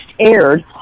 aired